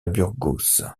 burgos